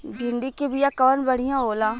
भिंडी के बिया कवन बढ़ियां होला?